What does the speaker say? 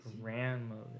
grandmother